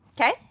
Okay